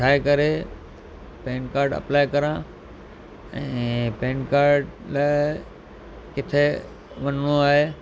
ठाहे करे PAN card apply करा ऐं पैन कार्ड लाइ किथे वञिणो आहे